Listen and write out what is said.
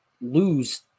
lose